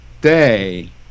day